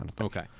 Okay